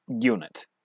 unit